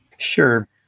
Sure